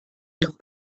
noch